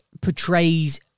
portrays